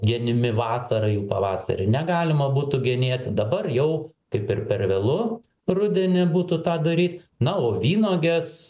genimi vasarą jų pavasarį negalima būtų genėti dabar jau kaip ir per vėlu rudenį būtų tą daryt na o vynuogės